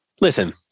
listen